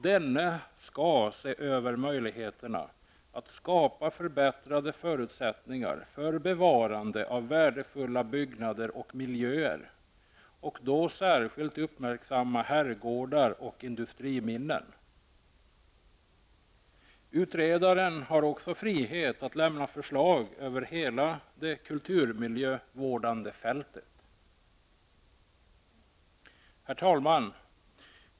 Denne skall se över möjligheterna att skapa förbättrade förutsättningar för bevarande av värdefulla byggnader och miljöer och då särskilt uppmärksamma herrgårdar och industriminnen. Utredaren har också frihet att lämna förslag över hela det kulturmiljövårdande fältet. Herr talman!